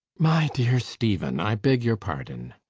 my dear stephen, i beg your pardon.